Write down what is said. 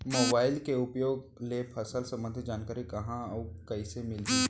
Mobile के उपयोग ले फसल सम्बन्धी जानकारी कहाँ अऊ कइसे मिलही?